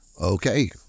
okay